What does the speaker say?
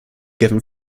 given